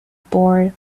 bore